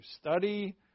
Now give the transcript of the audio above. study